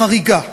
חריגה,